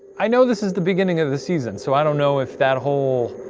i know this is the beginning of the season, so i don't know if that whole